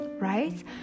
right